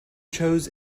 chose